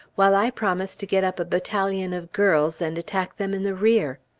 while i promised to get up a battalion of girls and attack them in the rear.